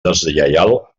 deslleial